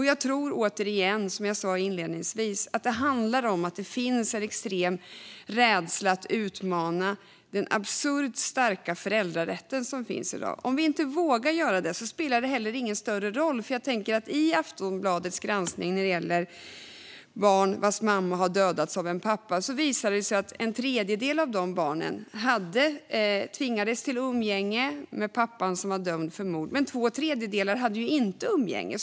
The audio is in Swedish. Jag tror, som jag sa inledningsvis, att det handlar om att det finns en extrem rädsla att utmana den absurt starka föräldrarätt som finns i dag. Om vi inte vågar göra det spelar det heller ingen större roll. I Aftonbladets granskning av barn vars mammor har dödats av pappan visade det sig nämligen att en tredjedel av dessa barn tvingades till umgänge med pappan som var dömd för mord, men två tredjedelar hade inte umgänge.